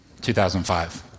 2005